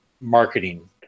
marketing